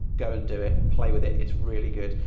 go and do it play with it. it's really good.